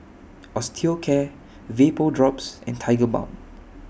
Osteocare Vapodrops and Tigerbalm